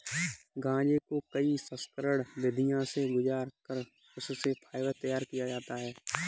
गांजे को कई संस्करण विधियों से गुजार कर उससे फाइबर तैयार किया जाता है